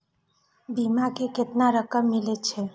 बीमा में केतना रकम मिले छै?